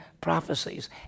prophecies